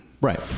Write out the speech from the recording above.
Right